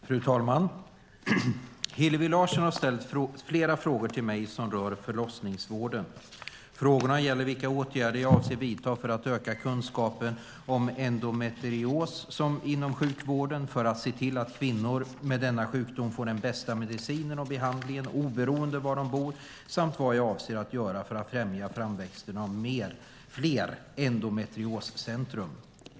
Fru talman! Hillevi Larsson har ställt flera frågor till mig som rör förlossningsvården. Frågorna gäller vilka åtgärder jag avser att vidta för att öka kunskapen om endometrios inom sjukvården, för att se till att kvinnor med denna sjukdom får den bästa medicinen och behandlingen oberoende av var de bor samt vad jag avser att göra för att främja framväxten av fler endometrioscentrum.